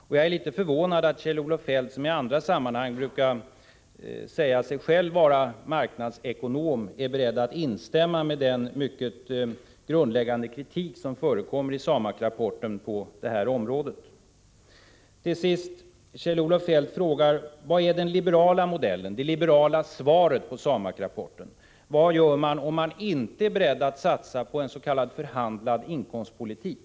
Och jag är litet förvånad över att Kjell-Olof Feldt, som i andra sammanhang brukar säga att han själv är marknadsekonom, är beredd att instämma i den grundläggande kritik som förekommer i SAMAK-rapporten på det här området. Kjell-Olof Feldt frågar: Vad är den liberala modellen, det liberala svaret på SAMAK-rapporten? Vad gör man om man inte är beredd att satsa på en s.k. förhandlad inkomstpolitik?